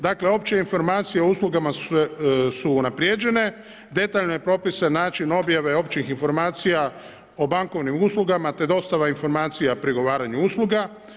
Dakle opće informacije o uslugama su unaprijeđene, detaljno je propisan način objave općih informacija o bankovnim uslugama, te dostava informacija prigovaranju usluga.